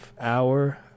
hour